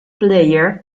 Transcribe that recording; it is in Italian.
player